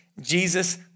Jesus